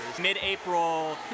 Mid-April